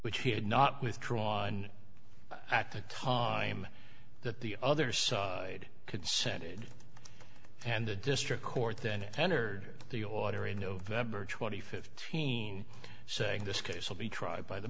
which he had not withdrawn at the time that the other side consented and the district court then entered the order in november th team saying this case will be tried by the